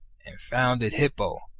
and founded hippo,